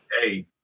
hey